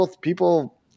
People –